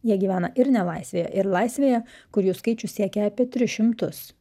jie gyvena ir nelaisvėje ir laisvėje kur jų skaičius siekia apie tris šimtus